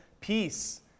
peace